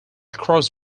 across